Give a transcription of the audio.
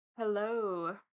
Hello